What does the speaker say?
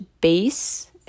base